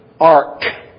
ark